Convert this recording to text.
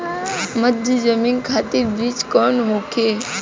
मध्य जमीन खातिर बीज कौन होखे?